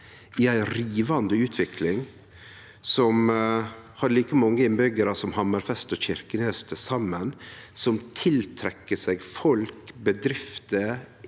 i ei rivande utvikling, som har like mange innbyggjarar som Hammerfest og Kirkenes til saman, som trekkjer til seg folk og bedrifter,